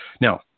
Now